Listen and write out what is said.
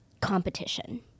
competition